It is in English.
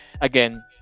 Again